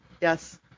Yes